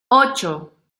ocho